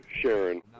Sharon